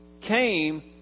came